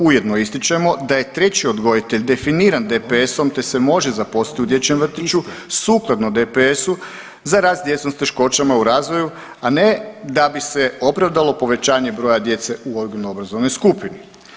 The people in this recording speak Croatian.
Ujedno ističemo da je treći odgojitelj definiran DPS-om, te se može zaposliti u dječjem vrtiću sukladno DPS-u za rad s djecom s teškoćama u razvoju, a ne da bi se opravdalo povećanje broja djece u odgojno obrazovnoj skupini.